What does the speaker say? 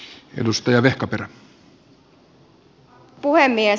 arvoisa puhemies